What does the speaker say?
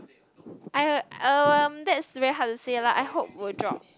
I um that's very hard to say lah I hope will drop